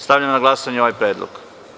Stavljam na glasanje ovaj predlog.